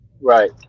Right